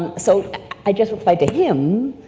um so i just replied to him,